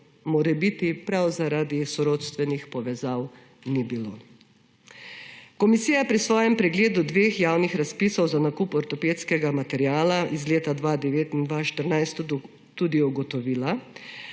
morebiti prav zaradi sorodstvenih povezav ni bilo. Komisija je pri svojem pregledu dveh javnih razpisov za nakup ortopedskega materiala iz let 2009 in 2014 tudi ugotovila,